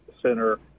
center